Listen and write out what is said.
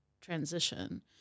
transition